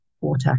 water